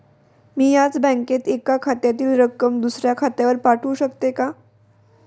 मी याच बँकेत एका खात्यातील रक्कम दुसऱ्या खात्यावर पाठवू शकते का?